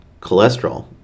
cholesterol